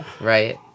right